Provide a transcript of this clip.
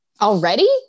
Already